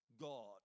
God